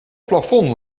plafond